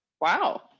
Wow